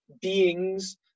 beings